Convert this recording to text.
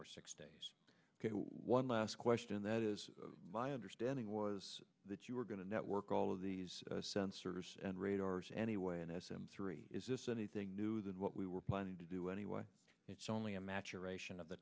or six days one last question that is my understanding was that you were going to network all of these sensors and radars anyway and s m three is this anything new that what we were planning to do anyway it's only a maturation of the